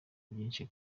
byinshi